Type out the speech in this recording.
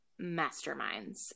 masterminds